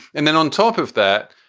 and then on top of that,